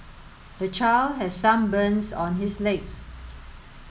the child has some burns on his legs